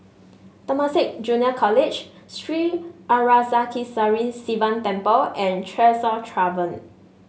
Temasek Junior College Sri Arasakesari Sivan Temple and Tresor Tavern